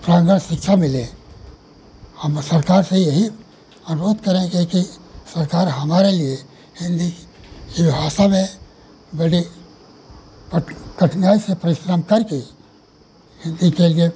प्रांगण शिक्षा मिले हम सरकार से यही अनुरोध करेंगे कि सरकार हमारे लिए हिन्दी की भाषा में बढ़े और कठिनाई से परिश्रम करके हिन्दी के लिए